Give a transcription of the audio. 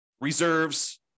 reserves